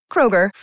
Kroger